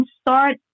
start